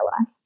life